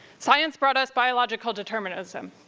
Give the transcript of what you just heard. science brought us biological determinism.